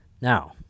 Now